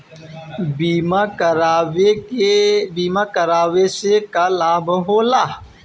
बीमा करावे से का लाभ होला?